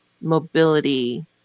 Mobility